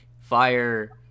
Fire